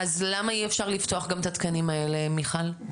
אז למה אי אפשר לפתוח גם את התקנים האלה, מיכל?